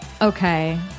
Okay